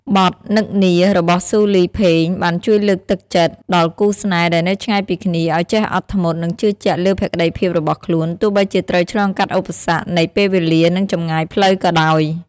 បទ "នឹកនា" របស់ស៊ូលី ផេង បានជួយលើកទឹកចិត្តដល់គូស្នេហ៍ដែលនៅឆ្ងាយពីគ្នា ឱ្យចេះអត់ធ្មត់ និងជឿជាក់លើភក្តីភាពរបស់ខ្លួន ទោះបីជាត្រូវឆ្លងកាត់ឧបសគ្គនៃពេលវេលា និងចម្ងាយផ្លូវក៏ដោយ។